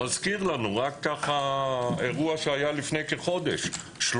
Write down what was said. אני מזכיר לנו אירוע שהיה לפני כחודש של